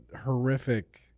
horrific